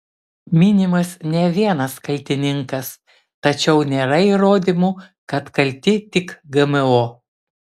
minimas ne vienas kaltininkas tačiau nėra įrodymų kad kalti tik gmo